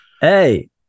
Hey